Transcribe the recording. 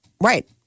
Right